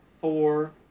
four